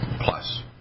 Plus